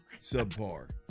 subpar